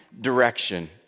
direction